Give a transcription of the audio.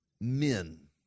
men